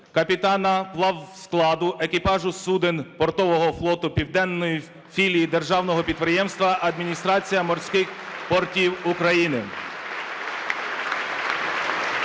капітана плавскладу екіпажу суден портового флоту Південної філії Державного підприємства "Адміністрація морських портів України";